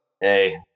hey